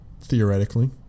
theoretically